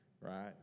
right